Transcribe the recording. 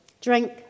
Drink